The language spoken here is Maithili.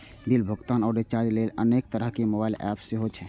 बिल भुगतान आ रिचार्ज लेल अनेक तरहक मोबाइल एप सेहो छै